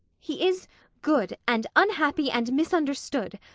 he is good and unhappy and misunderstood.